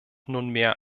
nunmehr